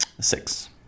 Six